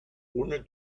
ohne